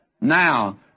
Now